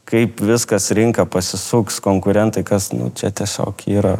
kaip viskas rinką pasisuks konkurentai kas nu čia tiesiog yra